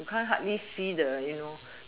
you can't hardly see the you know